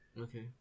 Okay